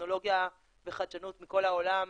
טכנולוגיה וחדשנות מכל העולם,